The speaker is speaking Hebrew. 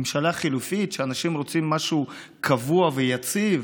ממשלה חלופית, כשאנשים רוצים משהו קבוע ויציב?